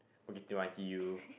Bukit-Timah hill